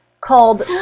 called